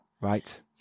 Right